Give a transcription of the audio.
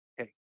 Okay